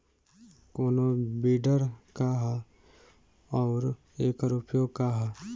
कोनो विडर का ह अउर एकर उपयोग का ह?